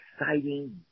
exciting